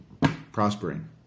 prospering